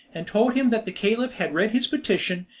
and told him that the caliph had read his petition,